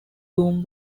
room